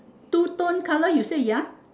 two tone colour you said ya